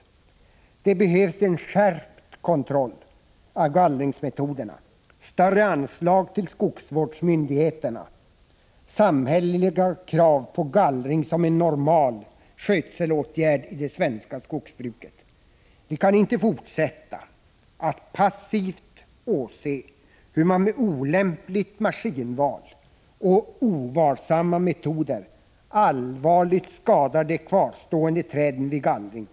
Det behövs en skärpt kontroll av gallringsmetoderna, större anslag till skogsvårdsmyndigheterna och samhälleliga krav på gallring som en normal skötselåtgärd i det svenska skogsbruket. Vi kan inte fortsätta att passivt åse hur man med olämpligt maskinval och ovarsamma metoder allvarligt skadar de kvarstående träden vid gallring.